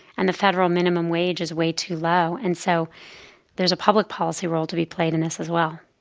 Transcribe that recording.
and the federal minimum wage is way too low. and so there's a public policy role to be played in this as well.